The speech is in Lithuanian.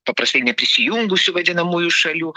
paprastai neprisijungusių vadinamųjų šalių